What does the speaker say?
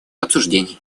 обсуждений